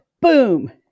Boom